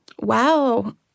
Wow